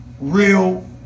real